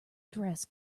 dress